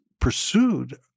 pursued